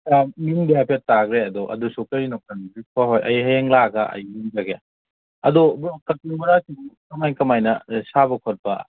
ꯃꯤꯡꯗꯤ ꯍꯥꯏꯐꯦꯠ ꯇꯥꯈ꯭ꯔꯦ ꯑꯗꯣ ꯑꯗꯨꯁꯨ ꯀꯔꯤꯅꯣ ꯈꯪꯗ꯭ꯔꯤ ꯍꯣꯏ ꯍꯣꯏ ꯑꯩ ꯍꯌꯦꯡ ꯂꯥꯛꯑꯒ ꯑꯩ ꯌꯦꯡꯖꯒꯦ ꯑꯗꯣ ꯕ꯭ꯔꯣ ꯀꯛꯆꯤꯡ ꯕꯣꯔꯥꯁꯤꯕꯨ ꯀꯃꯥꯏ ꯀꯃꯥꯏꯅ ꯁꯥꯕ ꯈꯣꯠꯄ